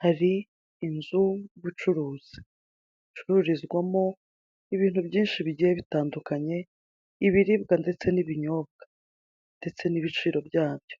Hari inzu y'ubucuruzi bucururizwamo ibintu byinshi bigiye bitandukanye ibiribwa ndetse n'ibinyobwa ndetse n'ibiciro byabyo